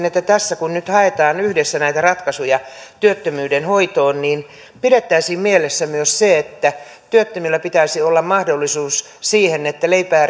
että kun tässä nyt haetaan yhdessä näitä ratkaisuja työttömyyden hoitoon niin pidettäisiin mielessä myös se että työttömillä pitäisi olla mahdollisuus siihen että leipää